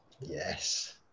Yes